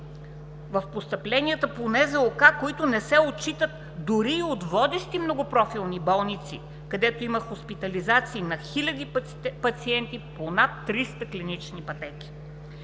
в постъпленията по НЗОК, които не се отчитат дори и от водещи многопрофилни болници, където има хоспитализациите на хиляди пациенти по над 300 клинични пътеки.